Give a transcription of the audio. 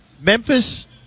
Memphis